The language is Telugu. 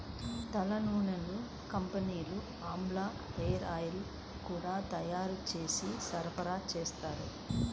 తలనూనెల కంపెనీలు ఆమ్లా హేరాయిల్స్ గూడా తయ్యారు జేసి సరఫరాచేత్తన్నారు